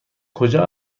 کجا